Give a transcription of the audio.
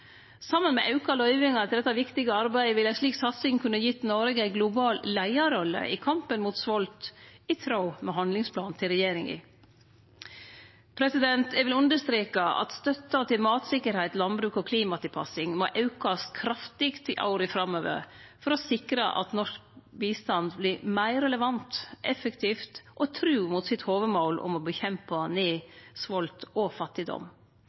Saman med auka løyvingar til dette viktige arbeidet ville ei slik satsing kunne gitt Noreg ei global leiarrolle i kampen mot svolt – i tråd med handlingsplanen til regjeringa. Eg vil understreke at støtta til mattryggleik, landbruk og klimatilpassing må aukast kraftig i åra framover, for å sikre at norsk bistand vert meir relevant, effektiv og tru mot sitt hovudmål om å kjempe ned svolt og fattigdom.